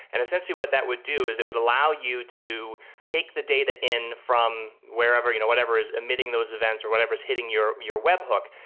and essentially what that would do is it would allow you to take the data in from whatever you know whatever is emitting those events or whatever is hitting your your webhook.